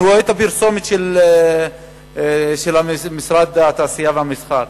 אני רואה את הפרסומת של משרד התעשייה והמסחר,